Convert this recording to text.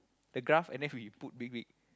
the graph and then we put big big